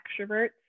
extroverts